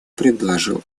предложил